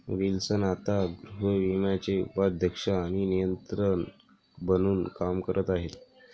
Wilson आता गृहविम्याचे उपाध्यक्ष आणि नियंत्रक म्हणून काम करत आहेत